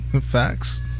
Facts